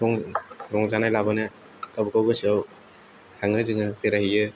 रंजानाय लाबोनो गावबागाव गोसोआव थाङो जोङो बेरायहैयो